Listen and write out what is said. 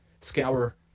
scour